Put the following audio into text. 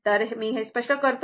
तर मी हे स्पष्ट करतो